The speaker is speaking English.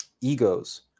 egos